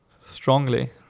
strongly